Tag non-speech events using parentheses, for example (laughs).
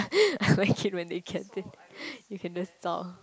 (laughs) I like it when they can say (breath) you can just zao